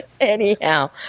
Anyhow